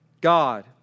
God